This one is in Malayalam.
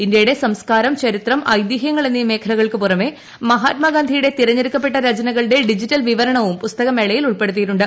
ഇന്ത്യയുടെ സംസ്ക്കാരം ചരിത്രം ഐതിഹൃങ്ങൾ എന്നീ മേഖലകൾക്ക് പുറമെ മഹാത്മാഗാന്ധിയുടെ തെരഞ്ഞെടുക്കപ്പെട്ട രചനകളുടെ ഡിജിറ്റൽ വിവരണവും പുസ്തക മേളയിൽ ഉൾപ്പെടുത്തിയിട്ടുണ്ട്